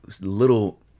little